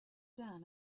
down